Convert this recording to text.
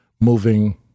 moving